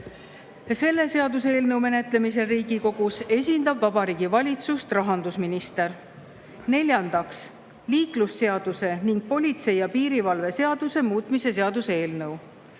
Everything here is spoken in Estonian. Selle seaduseelnõu menetlemisel Riigikogus esindab Vabariigi Valitsust rahandusminister. Neljandaks, liiklusseaduse ning politsei- ja piirivalve seaduse muutmise seaduse eelnõu.